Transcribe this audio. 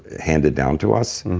handed down to us